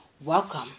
welcome